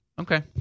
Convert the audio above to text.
Okay